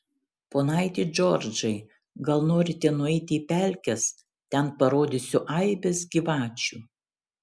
ponaiti džordžai gal norite nueiti į pelkes ten parodysiu aibes gyvačių